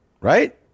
Right